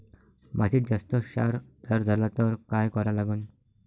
मातीत जास्त क्षार तयार झाला तर काय करा लागन?